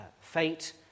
fate